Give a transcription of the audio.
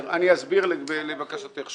אמרתי לעצמי אני לא רוצה לגעת,